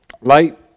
Light